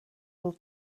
will